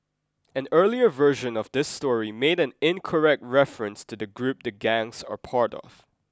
an earlier version of this story made an incorrect reference to the group the gangs are part of